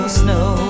snow